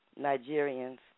Nigerians